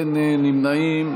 אין נמנעים.